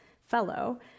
fellow